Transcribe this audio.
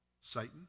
Satan